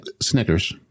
Snickers